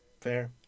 Fair